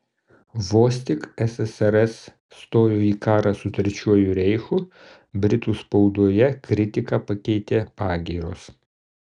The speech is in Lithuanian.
vos tik ssrs stojo į karą su trečiuoju reichu britų spaudoje kritiką pakeitė pagyros